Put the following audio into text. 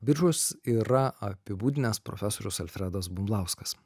biržus yra apibūdinęs profesorius alfredas bumblauskas